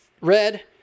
Red